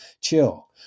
chill